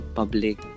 public